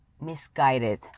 misguided